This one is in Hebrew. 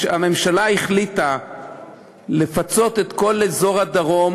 הממשלה החליטה לפצות את כל אזור הדרום